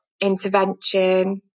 intervention